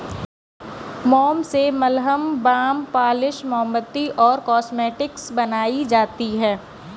मोम से मलहम, बाम, पॉलिश, मोमबत्ती और कॉस्मेटिक्स बनाई जाती है